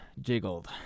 Jiggled